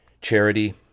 Charity